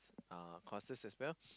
uh courses as well